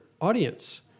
audience